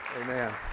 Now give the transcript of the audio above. Amen